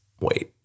wait